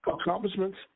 accomplishments